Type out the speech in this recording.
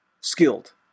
skilled